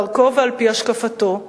בדרכו ועל-פי השקפתו,